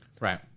Right